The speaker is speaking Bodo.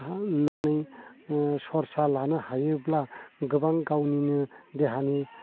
सरसा लानो हायोब्ला गोबां गावनिनो देहानि